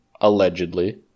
Allegedly